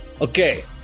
Okay